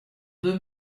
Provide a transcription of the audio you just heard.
deux